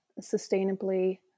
sustainably